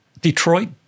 Detroit